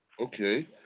Okay